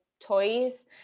toys